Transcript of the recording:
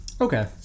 Okay